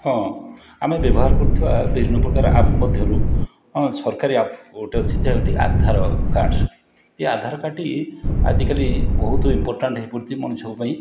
ହଁ ଆମେ ବ୍ୟବହାର କରୁଥିବା ବିଭିନ୍ନ ପ୍ରକାର ଆପ୍ ମଧ୍ୟରୁ ହଁ ସରକାରୀ ଆପ୍ ଗୋଟେ ଅଛି ଯେଉଁଠି ଆଧାର କାର୍ଡ଼ ଇଏ ଆଧାର କାର୍ଡ଼ଟି ଆଜିକାଲି ବହୁତ ଇମ୍ପୋର୍ଟାଣ୍ଟ୍ ହେଇପଡ଼ିଛି ମଣିଷଙ୍କ ପାଇଁ